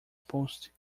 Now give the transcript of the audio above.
post